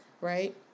right